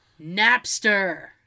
Napster